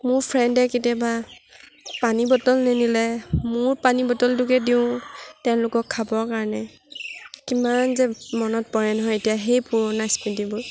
মোৰ ফ্ৰেণ্ডে কেতিয়াবা পানীৰ বটল নিনিলে মোৰ পানীৰ বটলটোকে দিওঁ তেওঁলোকক খাবৰ কাৰণে কিমান যে মনত পৰে নহয় এতিয়া সেই পুৰণা স্মৃতিবোৰ